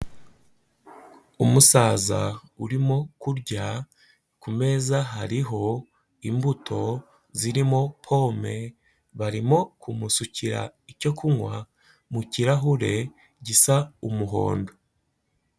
Umusaza urimo kurya, ku meza hariho imbuto zirimo pome, barimo kumusukira icyo kunywa mu kirahure gisa umuhondo.